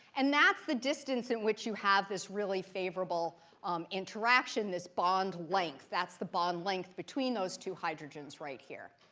and that's the distance at which you have this really favorable interaction, this bond length. that's the bond length between those two hydrogens right here.